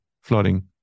flooding